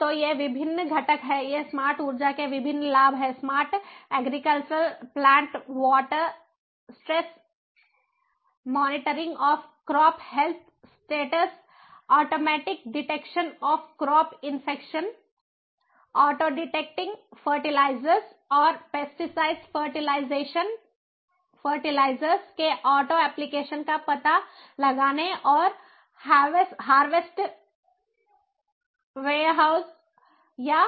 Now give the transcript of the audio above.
तो ये विभिन्न घटक हैं ये स्मार्ट ऊर्जा के विभिन्न लाभ हैं smart agriculture plant water stress monitoring of crop health status automatic detection of crop infection auto detecting fertilizers और पेस्टीसाइड्स फर्टिलाइजेशन फर्टिलाइजर्स के ऑटो ऐप्लिकेशन का पता लगाने और हार्वेस्ट वेयरहाउस या